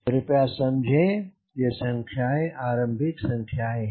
कृपया समझें ये आपकी आरंभिक संख्याएँ हैं